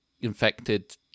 infected